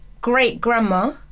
great-grandma